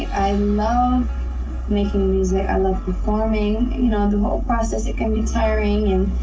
i love making music. i love performing. you know, the whole process, it can be tiring. and,